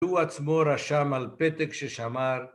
הוא עצמו רשם על פתק ששמר